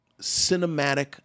cinematic